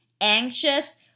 anxious